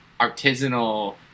artisanal